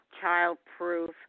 child-proof